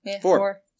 four